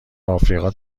آفریقا